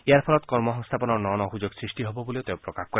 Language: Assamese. ইয়াৰ ফলত কৰ্মসংস্থাপনৰ ন ন সুযোগ সৃষ্টি হ'ব বুলিও তেওঁ প্ৰকাশ কৰে